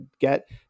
get